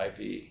IV